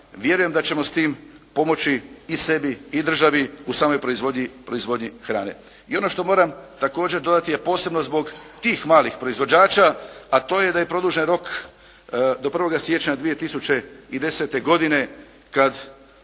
Vjerujem da ćemo s tim pomoći i sebi i državi u samoj proizvodnji hrane. I ono što moram također dodati je posebno zbog tih malih proizvođača, a to je da je produžen rok do 1. siječnja 2010. godine, kada